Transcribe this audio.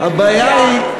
הבעיה היא,